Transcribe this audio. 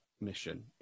mission